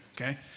okay